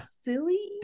silly